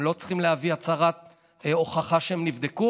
הם לא צריכים להביא הוכחה שהם נבדקו,